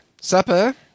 Supper